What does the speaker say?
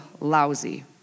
lousy